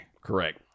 correct